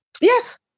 Yes